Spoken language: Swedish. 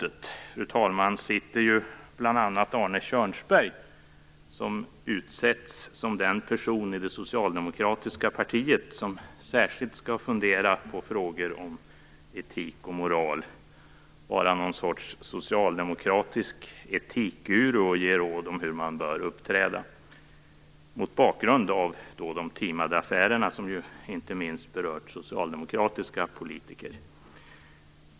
I utskottet sitter bl.a. Arne Kjörnsberg, som utsetts som den person i det socialdemokratiska partiet som särskilt skall fundera på frågor om etik och moral, vara någon sorts socialdemokratisk etikguru och ge råd om hur man bör uppträda. Detta har man gjort mot bakgrund av de timade affärerna, som ju inte minst berört socialdemokratiska politiker.